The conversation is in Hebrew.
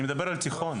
אני מדבר על תיכון,